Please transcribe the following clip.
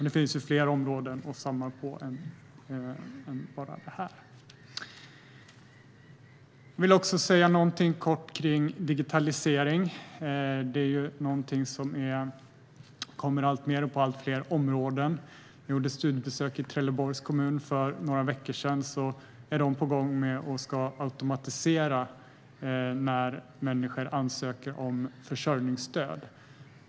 Det finns fler områden än detta att samarbeta på. Jag vill också säga något kort om digitalisering. Det är något som kommer alltmer på allt fler områden. Jag gjorde för några veckor sedan ett studiebesök i Trelleborgs kommun. Där är man på gång med att automatisera ansökningar om försörjningsstöd.